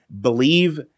believe